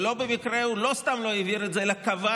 ולא במקרה הוא לא סתם לא העביר את זה אלא קבר